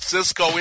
Cisco